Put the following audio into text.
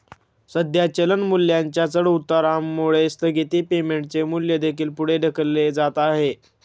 सध्या चलन मूल्याच्या चढउतारामुळे स्थगित पेमेंटचे मूल्य देखील पुढे ढकलले जात आहे